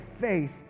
faith